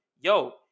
Yo